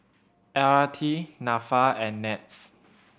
L R T Nafa and NETS